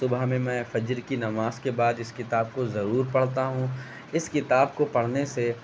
صبح میں میں فجر کی نماز کے بعد اس کتاب کو ضرور پڑھتا ہوں اس کتاب کو پڑھنے سے